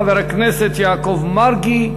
חבר הכנסת יעקב מרגי,